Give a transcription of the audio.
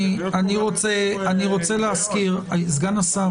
סגן השר,